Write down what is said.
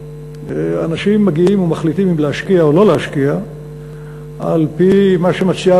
אנשים מגיעים ומחליטים אם להשקיע או לא להשקיע על-פי מה שמציעה